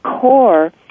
core